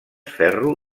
ferro